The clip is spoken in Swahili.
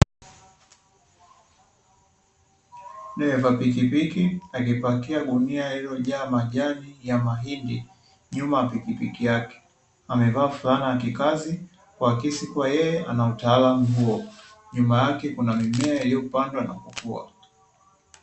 Dereva pikipiki akipakia gunia lililojaa majani ya mahindi nyuma ya pikipiki yake. Amevaa flana ya kikazi kuakisi kuwa yeye ana utaalamu huo. Nyuma yake kuna mimea iliyopandwa na kukua.